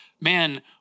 man